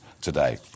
today